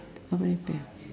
company pay